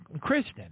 Kristen